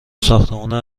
ساختمونه